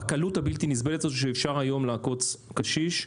בקלות הבלתי נסבלת הזאת שאפשר היום לעקוץ קשיש.